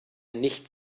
nicht